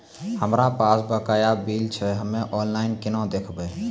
हमरा पास बकाया बिल छै हम्मे ऑनलाइन केना देखबै?